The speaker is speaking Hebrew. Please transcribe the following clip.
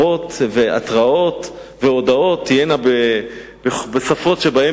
שאזהרות והתראות והודעות תהיינה בשפות שבהן